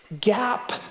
gap